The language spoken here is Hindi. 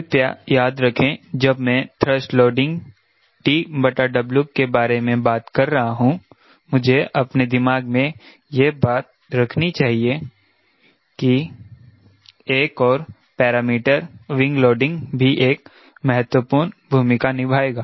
कृपया याद रखें जब मैं थ्रस्ट लोडिंग TW के बारे में बात कर रहा हूं मुझे अपने दिमाग में यह बात रखनी चाहिए कि एक और पैरामीटर विंग लोडिंग भी एक महत्वपूर्ण भूमिका निभाएगा